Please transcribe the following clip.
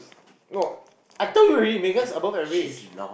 oh I told you already Megan is above average